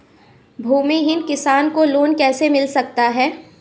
भूमिहीन किसान को लोन कैसे मिल सकता है?